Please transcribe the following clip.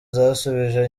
zasubije